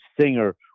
singer